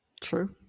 True